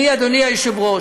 אני, אדוני היושב-ראש,